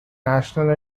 national